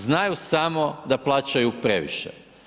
Znaju samo da plaćaju previše.